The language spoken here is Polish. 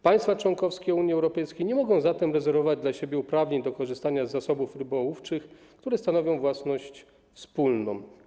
Państwa członkowskie Unii Europejskiej nie mogą zatem rezerwować dla siebie uprawnień do korzystania z zasobów rybołówczych, które stanowią własność wspólną.